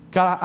God